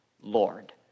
Lord